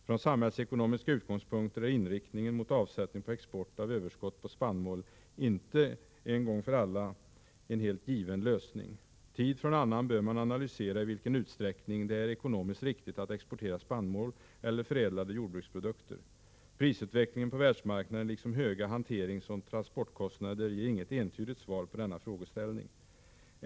Från samhällsekonomiska utgångspunkter är inriktningen mot avsättning på export av överskottet på spannmål inte en gång för alla en helt given lösning. Tid efter annan bör man analysera i vilken utsträckning det är ekonomiskt riktigt att exportera spannmål eller förädlade jordbruksprodukter. Prisutvecklingen på världsmarknaden liksom höga hanteringsoch transportkostnader ger inget entydigt svar på denna frågeställning.